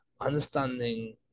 understanding